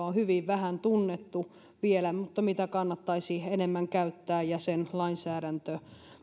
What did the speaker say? on hyvin vähän tunnettu vielä mutta jota kannattaisi enemmän käyttää sen lainsäädäntö